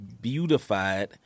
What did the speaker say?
beautified